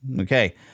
Okay